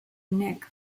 nick